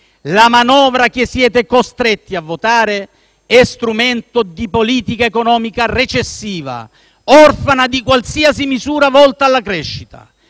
la manovra che siete costretti a votare è strumento di politica economica recessiva, orfana di qualsiasi misura volta alla crescita.